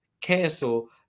cancel